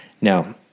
Now